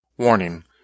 Warning